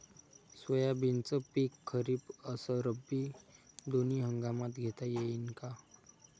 सोयाबीनचं पिक खरीप अस रब्बी दोनी हंगामात घेता येईन का?